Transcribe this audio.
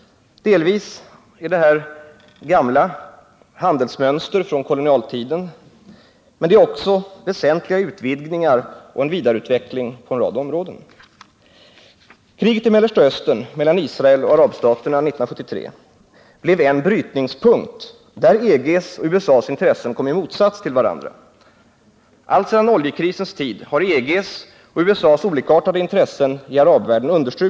Delvis är detta gamla handelsmönster från kolonialtiden. Men det innebär också väsentliga utvidgningar och en vidareutveckling på en rad områden. Kriget i Mellersta Östern mellan Israel och arabstaterna 1973 blev en brytningspunkt, där EG:s och USA:s intressen kom i motsats till varandra. Alltsedan oljekrisens tid har EG:s och USA:s olikartade intressen i arabvärlden understrukits.